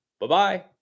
Bye-bye